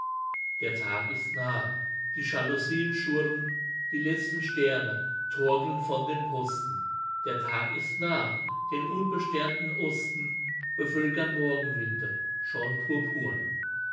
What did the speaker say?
der tag ist nah die jalousien schurr'n die letzten sterne torkeln von den posten der tag ist nah den unbesternten osten bevölkern morgenwinde schon purpurn